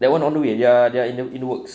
that [one] on the way their their in the works